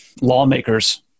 lawmakers